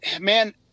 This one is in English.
man